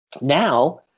Now